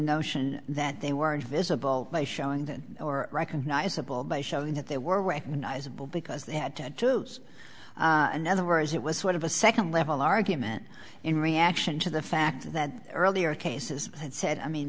notion that they were divisible by showing that or recognizable by showing that they were recognizable because they had to choose another words it was sort of a second level argument in reaction to the fact that earlier cases it said i mean